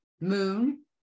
moon